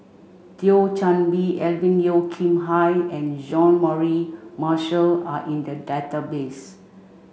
Thio Chan Bee Alvin Yeo Khirn Hai and Jean Mary Marshall are in the database